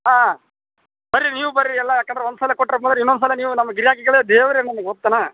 ಹಾಂ ಬರ್ರಿ ನೀವು ಬರ್ರಿ ಎಲ್ಲ ಯಾಕಂದ್ರೆ ಒಂದು ಸಲ ಕೊಟ್ರ ತಗೋರಿ ಇನ್ನೊಂದು ಸಲ ನೀವು ನಮ್ಮ ಗಿರಾಕಿಗಳೇ ದೇವರೇ ನಮ್ಗೆ ಗೊತ್ತನ